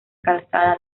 calzada